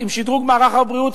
עם שדרוג מערך הבריאות.